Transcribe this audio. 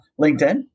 linkedin